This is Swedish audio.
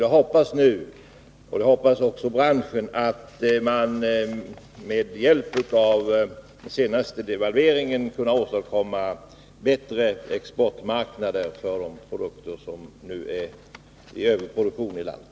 Jag hoppas nu, vilket också branschen gör, att man med hjälp av den senaste devalveringen skall kunna åstadkomma bättre exportmarknader för de produkter som det nu finns överproduktion av i landet.